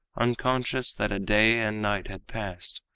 unconscious that a day and night had passed.